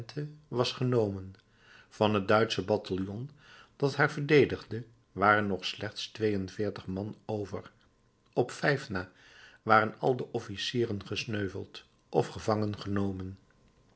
was genomen van het duitsche bataljon dat haar verdedigde waren nog slechts twee en veertig man over op vijf na waren al de officieren gesneuveld of gevangen genomen